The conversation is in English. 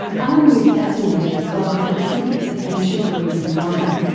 alan was fascinated by the philosophy of ancient greece and rome.